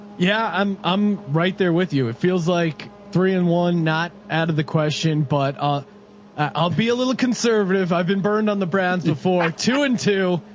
yeah, i'm um right there with you. it feels like three and one. not out of the question, but ah i'll be a little conservative. i've been burned on the brands before two and two,